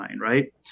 right